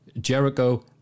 Jericho